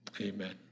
Amen